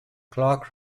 clark